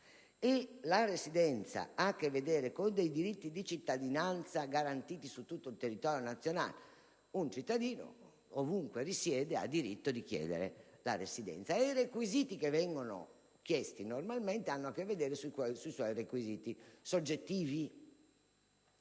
quale però ha a che vedere con i diritti di cittadinanza garantiti su tutto il territorio nazionale: un cittadino, ovunque risieda, ha il diritto di chiedere la residenza e i requisiti normalmente richiesti hanno a che vedere con i suoi requisiti soggettivi.